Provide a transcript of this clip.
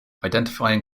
identifying